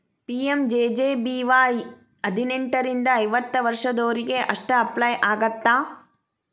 PMJJBY ಹದಿನೆಂಟರಿಂದ ಐವತ್ತ ವರ್ಷದೊರಿಗೆ ಅಷ್ಟ ಅಪ್ಲೈ ಆಗತ್ತ